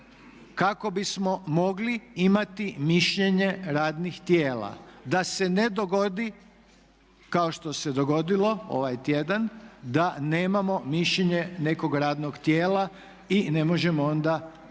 kako bismo mogli imati mišljenje radnih tijela, da se ne dogodi kao što se dogodilo ovaj tjedan da nemamo mišljenje nekog radnog tijela i ne možemo onda o